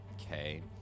Okay